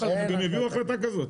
יש, הם הביאו החלטה כזאת.